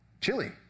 Chili